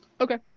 Okay